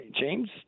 James